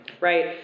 Right